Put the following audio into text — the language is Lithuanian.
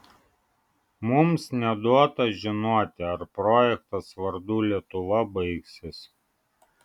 mums neduota žinoti ar projektas vardu lietuva baigsis